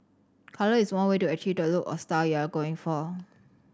colour is one way to achieve the look or style you're going for